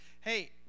Hey